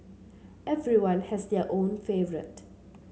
everyone has their own favourite